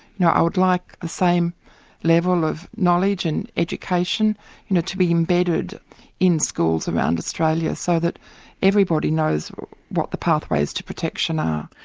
now i would like the same level of knowledge and education you know to be embedded in schools around australia so that everybody knows what the pathways to protection are.